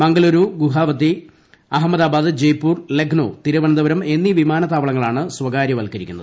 മംഗലുരൂ ഗുവാഹത്തി അഹമ്മദാബാദ് ജയ്പൂർ ലക്നൌ തിരുവനന്തപുരം എന്നീ വിമാനത്താവളങ്ങളാണ് സ്വകാര്യവൽക്കരിക്കുന്നത്